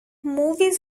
movies